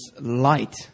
light